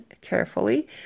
carefully